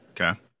Okay